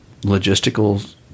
logistical